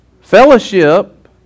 Fellowship